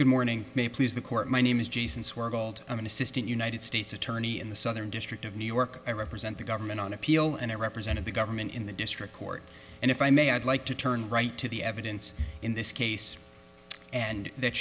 swaddled i'm an assistant united states attorney in the southern district of new york i represent the government on appeal and i represented the government in the district court and if i may i'd like to turn right to the evidence in this case and that